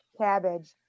cabbage